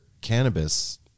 cannabis